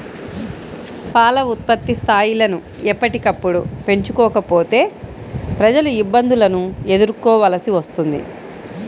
పాల ఉత్పత్తి స్థాయిలను ఎప్పటికప్పుడు పెంచుకోకపోతే ప్రజలు ఇబ్బందులను ఎదుర్కోవలసి వస్తుంది